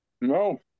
No